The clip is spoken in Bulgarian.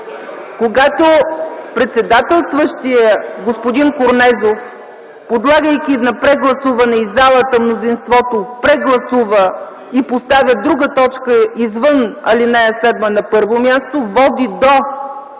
Когато председателстващият господин Корнезов, подлагайки на прегласуване, и залата – мнозинството, прегласува и поставя друга точка извън ал. 7 на първо място, води до